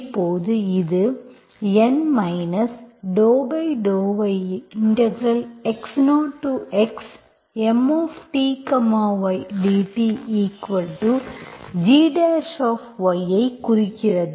இப்போது இது N ∂yx0xMty dtg ஐ குறிக்கிறது